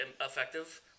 effective